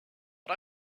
but